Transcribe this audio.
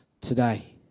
today